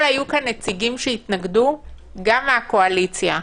היו כאן נציגים שהתנגדו גם מהקואליציה.